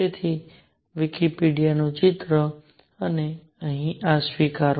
તેથી વિકિપીડિયાનું ચિત્ર અને અહીં આ સ્વીકારો